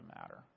matter